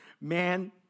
Man